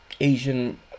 Asian